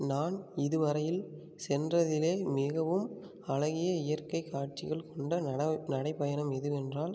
நான் இது வரையில் சென்றதில் மிகவும் அழகிய இயற்கைக் காட்சிகள் கொண்ட நடை நடைப்பயணம் எதுவென்றால்